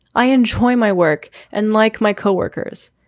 i enjoy my work and like my co-workers,